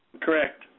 Correct